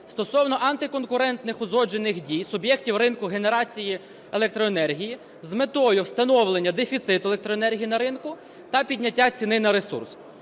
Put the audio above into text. стосовно антиконкурентних узгоджених дій суб'єктів ринку генерації електроенергії з метою встановлення дефіциту електроенергії на ринку та підняття ціни на ресурс.